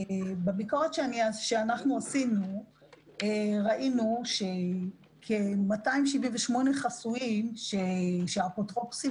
בביקורת שעשינו ראינו ש-278 חסויים שהאפוטרופוסים